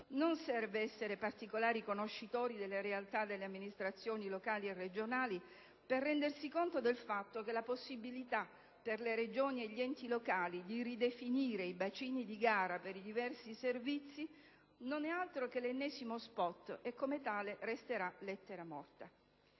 Non serve essere particolari conoscitori delle realtà delle amministrazioni locali e regionali per rendersi conto del fatto che la possibilità per le Regioni e gli enti locali di ridefinire i bacini di gara per i diversi servizi non è altro che l'ennesimo *spot* e come tale resterà lettera morta.